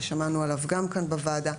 ושמענו עליו גם כאן בוועדה,